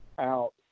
out